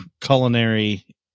culinary